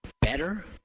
better